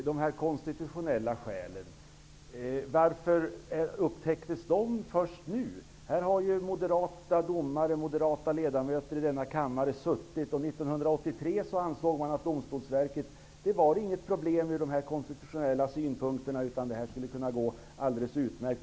Herr talman! Varför upptäcktes dessa konstitutionella skäl först nu? År 1983 ansåg moderata ledamöter i denna kammare att Domstolsverket inte var något problem ur konstitutionella synpunkter och att det skulle kunna fungera alldeles utmärkt.